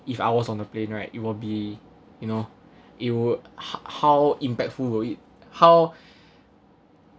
if I was on the plane right it will be you know I will how how impactful will it how